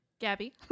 Gabby